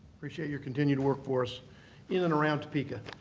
appreciate your continued work for us in and around topeka.